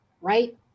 right